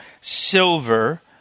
silver